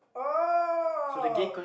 oh